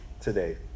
today